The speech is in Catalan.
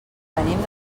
venim